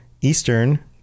Eastern